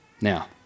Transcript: Now